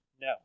No